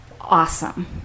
awesome